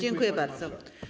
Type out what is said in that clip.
Dziękuję bardzo.